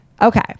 okay